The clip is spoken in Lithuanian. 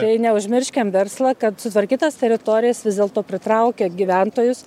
tai neužmirškim verslo kad sutvarkytos teritorijos vis dėlto pritraukia gyventojus